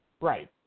Right